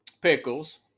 Pickles